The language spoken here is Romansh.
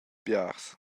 biars